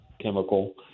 chemical